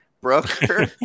Broker